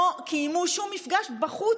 לא קיימו שום מפגש בחוץ?